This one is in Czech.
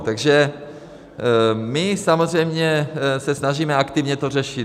Takže my samozřejmě se snažíme aktivně to řešit.